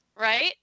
Right